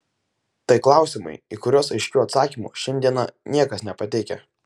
tai klausimai į kuriuos aiškių atsakymų šiandieną niekas nepateikia